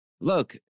look